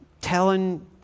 telling